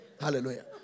Hallelujah